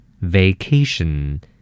vacation